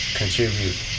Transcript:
contribute